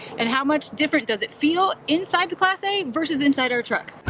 and how much different does it feel inside the class a versus inside our truck?